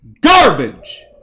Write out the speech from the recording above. garbage